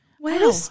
Wow